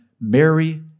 Mary